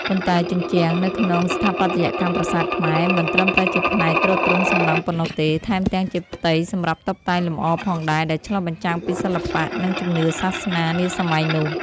ប៉ុន្តែជញ្ជាំង នៅក្នុងស្ថាបត្យកម្មប្រាសាទខ្មែរមិនត្រឹមតែជាផ្នែកទ្រទ្រង់សំណង់ប៉ុណ្ណោះទេ ថែមទាំងជាផ្ទៃសម្រាប់តុបតែងលម្អផងដែរ ដែលឆ្លុះបញ្ចាំងពីសិល្បៈ និងជំនឿសាសនានាសម័យនោះ។